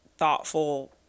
thoughtful